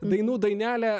dainų dainelę